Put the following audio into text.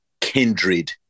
kindred